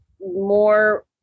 more